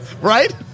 Right